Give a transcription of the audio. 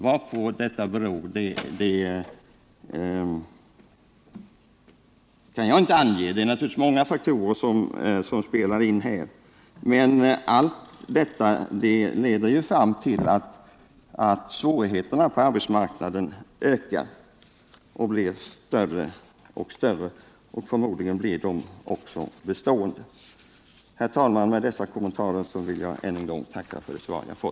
Jag kan inte säga vad detta beror på. Naturligtvis spelar många faktorer in. Men allt detta leder ju till att svårigheterna på arbetsmarknaden blir allt större. Förmodligen blir de också bestående. Herr talman! Med dessa kommentarer vill jag än en gång tacka för svaret.